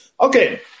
Okay